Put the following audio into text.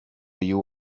you